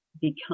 become